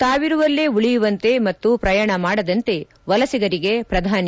ತಾವಿರುವಲ್ಲೇ ಉಳಿಯುವಂತೆ ಮತ್ತು ಪ್ರಯಾಣ ಮಾಡದಂತೆ ವಲಸಿಗರಿಗೆ ಪ್ರಧಾನಿ ಮನವಿ